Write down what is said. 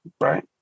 right